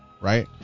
right